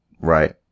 Right